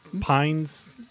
Pines